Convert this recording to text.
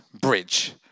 Bridge